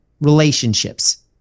relationships